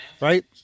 right